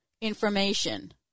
information